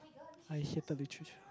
I hated Literature